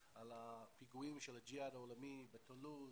הפיגועים של הג'יהד העולמי בטולוז,